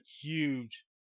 huge